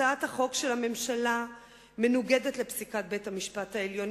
הצעת החוק של הממשלה מנוגדת לפסיקת בית-המשפט העליון.